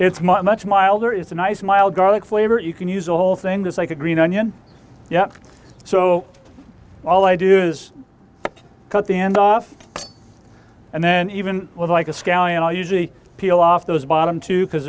milder it's a nice mild garlic flavor you can use the whole thing that's like a green onion yep so all i do is cut the end off and then even with like a scallion i'll usually peel off those bottom two because